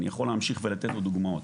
אני יכול להמשיך לתת דוגמאות.